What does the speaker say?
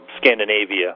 Scandinavia